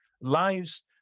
lives